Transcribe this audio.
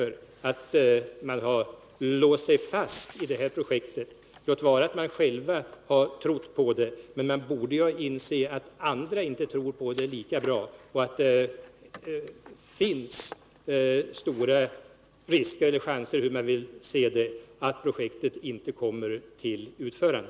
Man har låst sig fast vid det här projektet — låt vara att man själv trott på det. Men man borde ha insett att andra inte tror lika mycket på det och att det finns stora risker eller chanser — hur man nu vill se det — att projektet inte kommer till utförande.